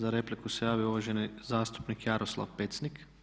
Za repliku se javio uvaženi zastupnik Jaroslav Pecnik.